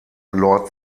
lord